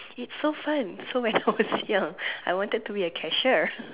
it's so fun so when I was young I wanted to be a cashier